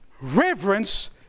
Reverence